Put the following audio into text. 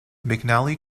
mcnally